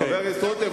חבר הכנסת רותם,